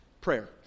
Prayer